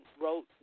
wrote